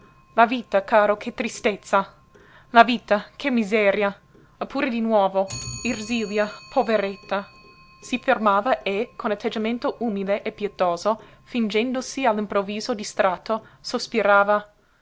la vita caro che tristezza la vita che miseria oppure di nuovo ersilia poveretta si fermava e con atteggiamento umile e pietoso o fingendosi all'improvviso distratto sospirava